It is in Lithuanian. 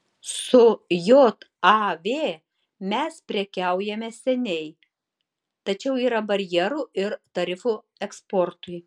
su jav mes prekiaujame seniai tačiau yra barjerų ir tarifų eksportui